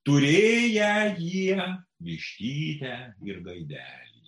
turėję jie vištytę ir gaidelį